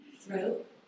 Throat